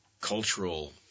cultural